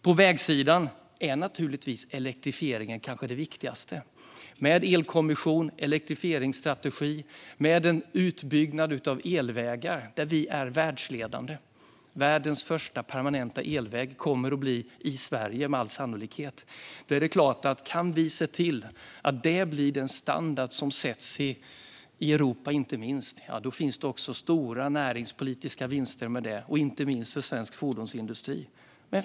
På vägsidan är naturligtvis elektrifieringen viktigast, med elkommission, elektrifieringsstrategi och utbyggnad av elvägar, där Sverige är världsledande. Världens första permanenta elväg kommer med all sannolikhet att finnas i Sverige. Om vi kan se till att det blir den standarden som sätts i Europa finns också stora näringspolitiska vinster. Det gäller inte minst för svensk fordonsindustri.